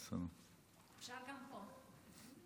אפשר גם פה.